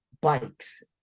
bikes